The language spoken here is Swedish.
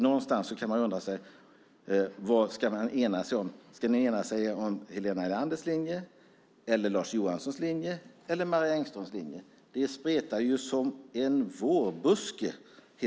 Någonstans kan man undra vad ni ska ena er om. Ska ni ena er om Helena Leanders linje, Lars Johanssons linje eller Marie Engströms linje? Det spretar som en vårbuske.